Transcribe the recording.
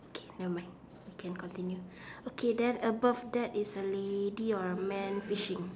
okay never mind we can continue okay then above that is a lady or a man fishing